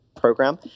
program